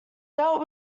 dealt